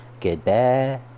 Goodbye